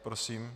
Prosím.